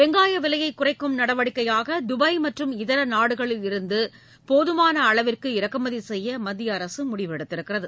வெங்காய விலையை குறைக்கும் நடவடிக்கையாக துபாய் மற்றும் இதர நாடுகளிலிருந்து போதமான அளவிற்கு இறக்குமதி செய்ய மத்திய அரசு முடிவெடுத்துள்ளது